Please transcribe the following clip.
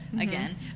again